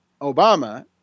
Obama